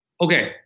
Okay